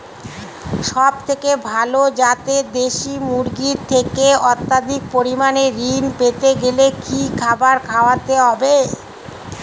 সবথেকে ভালো যাতে দেশি মুরগির থেকে অত্যাধিক পরিমাণে ঋণ পেতে গেলে কি খাবার খাওয়াতে হবে?